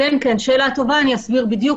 --- שאלה טובה, אני אסביר בדיוק.